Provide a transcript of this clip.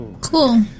Cool